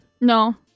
No